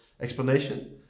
explanation